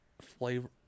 flavor